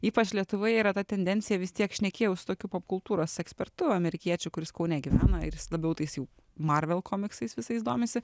ypač lietuvoje yra ta tendencija vis tiek šnekėjau su tokiu popkultūros ekspertu amerikiečiu kuris kaune gyvena ir jis labiau tais jau marvel komiksais visais domisi